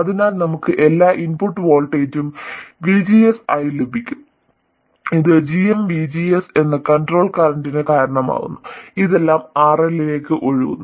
അതിനാൽ നമുക്ക് എല്ലാ ഇൻപുട്ട് വോൾട്ടേജും VGS ആയി ലഭിക്കും ഇത് G m VGS എന്ന കൺട്രോൾ കറന്റിന് കാരണമാകുന്നു ഇതെല്ലാം RL ലേക്ക് ഒഴുകുന്നു